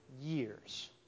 years